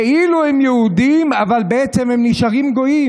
כאילו הם יהודים, אבל בעצם הם נשארים גויים,